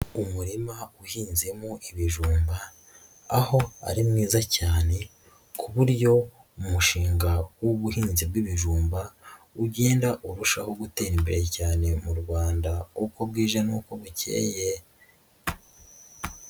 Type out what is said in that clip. Umurima uhinzemo ibijumba, aho ari mwiza cyane ku buryo umushinga w'ubuhinzi bw'ibijumba ugenda urushaho gutera imbere cyane mu Rwanda uko bwije n'uko bukeye.